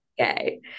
Okay